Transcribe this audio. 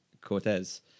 Cortez